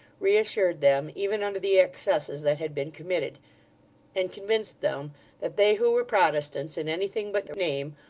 reassured them, even under the excesses that had been committed and convinced them that they who were protestants in anything but the name,